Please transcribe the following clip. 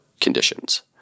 conditions